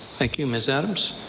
like you. ms. adams.